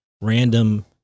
random